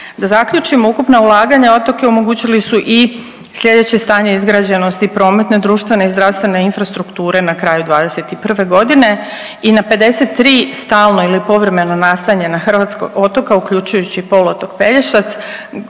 Da zaključim, ukupna ulaganja u otoke omogućili su i slijedeće stanje izgrađenosti prometne, društvene i zdravstvene infrastrukture na kraju '21. godine i na 53 stalno ili povremeno nastanjena hrvatska otoka uključujući poluotok Pelješac